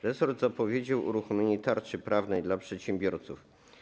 Resort zapowiedział uruchomienie tarczy prawnej dla przedsiębiorców.